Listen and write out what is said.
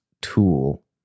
tool